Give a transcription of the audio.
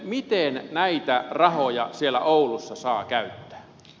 miten näitä rahoja siellä oulussa saa käyttää